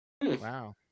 wow